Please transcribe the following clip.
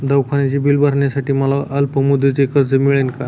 दवाखान्याचे बिल भरण्यासाठी मला अल्पमुदतीचे कर्ज मिळेल का?